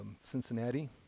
Cincinnati